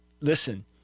listen